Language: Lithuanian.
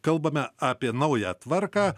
kalbame apie naują tvarką